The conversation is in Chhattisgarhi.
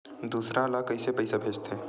दूसरा ला कइसे पईसा भेजथे?